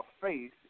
faith